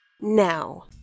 now